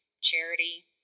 charity